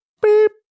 beep